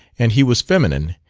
and he was feminine,